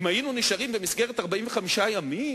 אם היינו נשארים במסגרת 45 ימים,